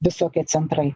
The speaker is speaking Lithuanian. visokie centrai